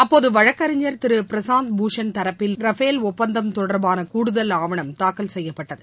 அப்போது வழக்கறிஞர் திரு பிரசாந்த் பூஷண் தரப்பில் ரஃபேல் ஒப்பந்தம் தொடர்பான கூடுதல் ஆவணம் தாக்கல் செய்யப்பட்டது